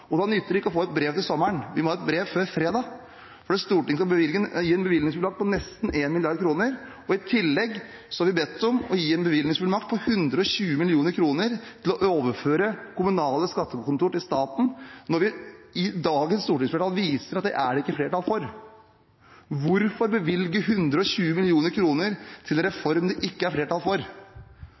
Og da nytter det ikke å få et brev til sommeren, vi må ha et brev før fredag, fordi Stortinget skal gi en bevilgningsfullmakt på nesten 1 mrd. kr. I tillegg er vi bedt om å gi en bevilgningsfullmakt på 120 mill. kr til å overføre kommunale skattekontor til staten, når vi i dagens stortingsflertall viser at det er det ikke flertall for. Hvorfor bevilge 120 mill. kr til en reform det ikke er flertall for?